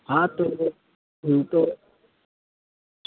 હા તો હું તો